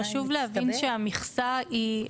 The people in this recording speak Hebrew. חשוב להבין שהמכסה היא,